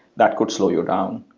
that could slow you down.